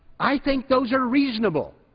i think those are reasonable.